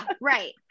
right